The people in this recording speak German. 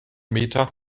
meter